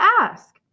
ask